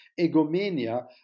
egomania